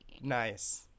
Nice